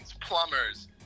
plumbers